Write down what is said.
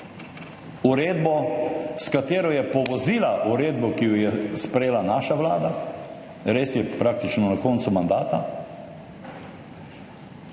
uredbo, s katero je povozila uredbo, ki jo je sprejela naša vlada, res je, praktično na koncu mandata,